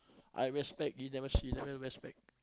I respect he she never wear spec